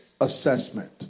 assessment